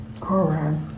Correct